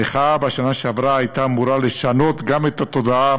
המחאה בשנה שעברה הייתה אמורה לשנות גם את התודעה